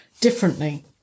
differently